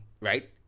Right